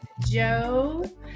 Joe